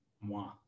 Moi